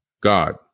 God